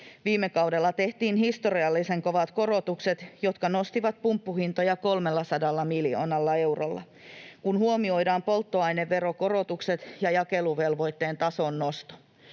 Viime kaudella tehtiin historiallisen kovat korotukset, jotka nostivat pumppuhintoja 300 miljoonalla eurolla, kun huomioidaan polttoaineverokorotukset ja jakeluvelvoitteen tason nosto,